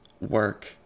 work